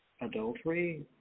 adultery